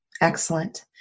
Excellent